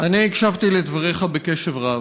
אני הקשבתי לדבריך בקשב רב,